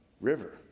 river